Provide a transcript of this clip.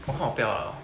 我看我不要了